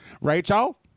rachel